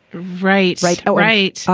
right. right. all right.